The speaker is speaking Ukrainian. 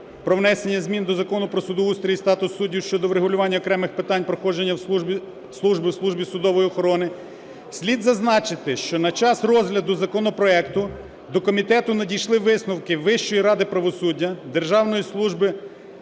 про внесення змін до Закону "Про судоустрій і статус суддів" щодо врегулювання окремих питань проходження служби у Службі судової охорони. Слід зазначити, що на час розгляду законопроекту до комітету надійшли висновки Вищої ради правосуддя, Державної служби